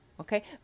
Okay